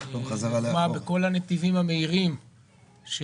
בכל תוכנית הנתיבים המהירים,